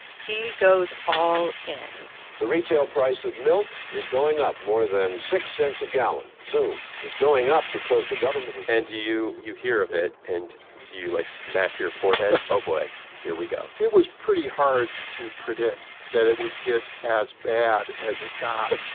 he goes all in the retail price of milk is going up more than six cents a gallon soon. it's going up because the government. and do you you hear of it. and do you, like, smack your forehead? oh, boy here we go it was pretty hard to predict that it would get as bad as it got.